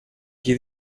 qui